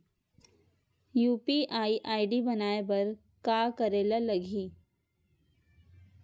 UPI ID बनाये बर का करे ल लगही?